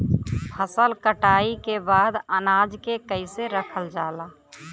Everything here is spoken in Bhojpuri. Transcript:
फसल कटाई के बाद अनाज के कईसे रखल जाला?